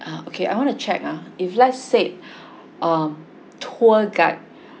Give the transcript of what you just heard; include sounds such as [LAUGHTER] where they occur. ah okay I wanna check ah if let's say [BREATH] um tour guide